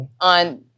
On